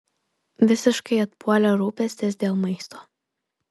visiškai atpuolė rūpestis dėl maisto